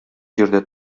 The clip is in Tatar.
җирдә